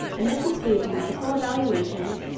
and this includes medical evaluations,